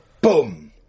Boom